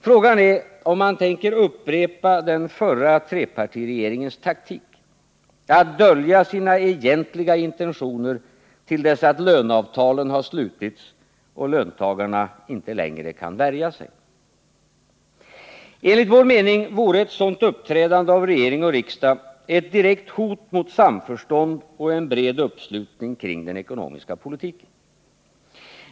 Frågan är om man tänker upprepa den förra trepartiregeringens taktik, att dölja sina egentliga intentioner till dess att löneavtalen har slutits och löntagarna inte längre kan värja sig. Enligt vår mening vore ett sådant uppträdande av regering och riksdag ett direkt hot mot samförstånd och en bred uppslutning kring den ekonomiska politiken.